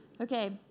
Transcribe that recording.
Okay